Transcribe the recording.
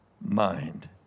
mind